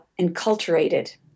enculturated